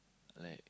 like